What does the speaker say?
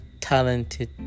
talented